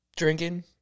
Drinking